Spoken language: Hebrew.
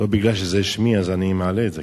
לא בגלל שמי אני מעלה את זה,